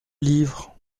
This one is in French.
livre